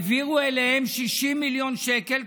העבירו אליהם 60 מיליון שקל,